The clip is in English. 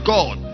God